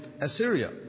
Assyria